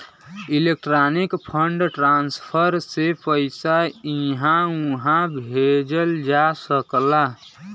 electronic fund transfer से पइसा इहां उहां भेजल जा सकला